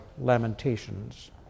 Lamentations